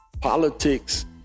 Politics